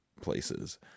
places